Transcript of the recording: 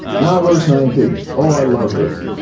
now verse nineteen, oh i love this.